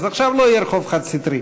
אז עכשיו לא יהיה רחוב חד-סטרי,